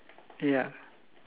ya